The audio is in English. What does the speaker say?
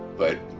but